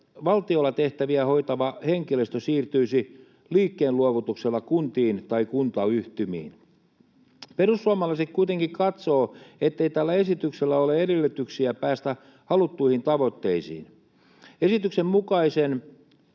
ja valtiolla tehtäviä hoitava henkilöstö siirtyisi liikkeen luovutuksella kuntiin tai kuntayhtymiin. Perussuomalaiset kuitenkin katsovat, ettei tällä esityksellä ole edellytyksiä päästä haluttuihin tavoitteisiin. Esityksen mukaisen